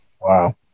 Wow